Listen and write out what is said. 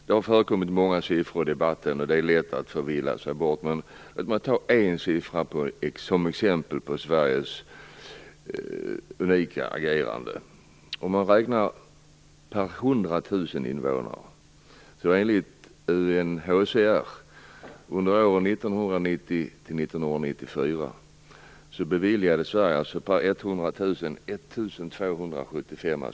Det har förekommit många siffror i debatten, och det är lätt att förvillas. Men jag vill bara ta en siffra som exempel på Sveriges unika agerande. Räknat per 1 275 asyler under åren 1990-1994.